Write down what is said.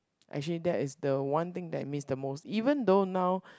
actually that is the one thing that I miss the most even though now